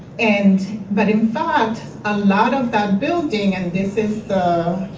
and but, in fact, a lot of that building and this is